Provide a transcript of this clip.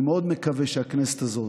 אני מאוד מקווה שהכנסת הזאת,